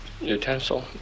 utensil